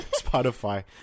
Spotify